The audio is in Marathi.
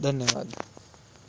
धन्यवाद